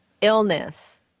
illness